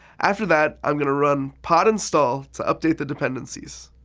after that, i'm going to run pod install to update the dependencies.